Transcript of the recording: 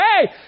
hey